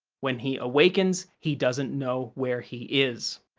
when he awakens, he doesn't know where he is.